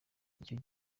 igihe